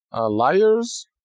liars